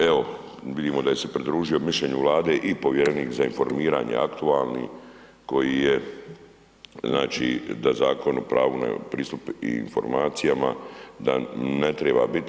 Evo vidimo da se je pridružio mišljenju Vlade i povjerenik za informiranje aktualni koji je znači da Zakon o pravu na pristup informacijama da ne treba biti.